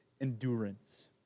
endurance